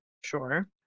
Sure